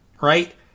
right